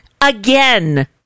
again